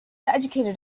educated